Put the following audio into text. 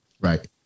Right